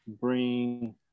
bring